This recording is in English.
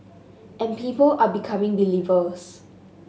and people are becoming believers